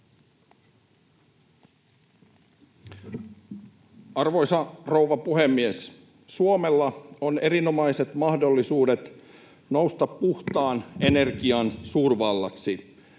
Arvoisa rouva puhemies! Suomella on erinomaiset mahdollisuudet nousta puhtaan energian suurvallaksi.